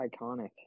iconic